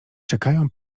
czekają